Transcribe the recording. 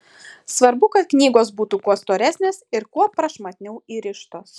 svarbu kad knygos būtų kuo storesnės ir kuo prašmatniau įrištos